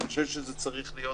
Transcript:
אני חושב שזה צריך להיות